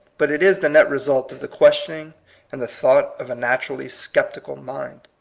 but it is the net result of the questioning and the thought of a naturally sceptical mind.